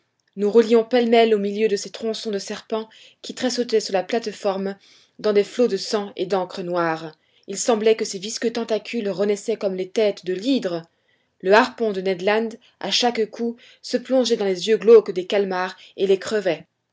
nous roulions pêle-mêle au milieu de ces tronçons de serpents qui tressautaient sur la plate-forme dans des flots de sang et d'encre noire il semblait que ces visqueux tentacules renaissaient comme les têtes de l'hydre le harpon de ned land à chaque coup se plongeait dans les yeux glauques des calmars et les